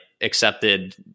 Accepted